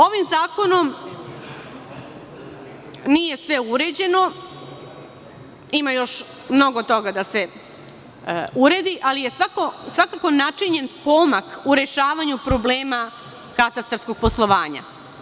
Ovim zakonom nije sve uređeno, ima još mnogo toga da se uredi, ali je svakako načinjen pomak u rešavanju problema katastarskog poslovanja.